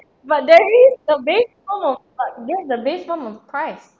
but there is the base form of the but that's the base form of price